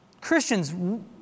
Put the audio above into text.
Christians